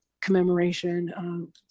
Commemoration